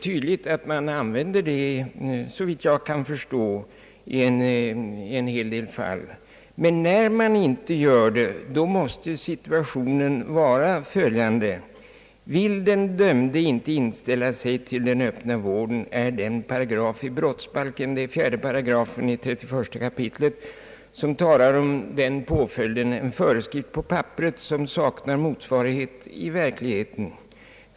Såvitt jag kan förstå gör man i en hel del fall på det sättet, men när man inte gör det måste situationen vara följande: Vill inte den dömde inställa sig till den öppna psykiatriska vården är 4 § i 31 kap. brottsbalken en föreskrift på papperet, som saknar motsvarighet i verkligheten.